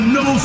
no